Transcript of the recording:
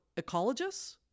ecologists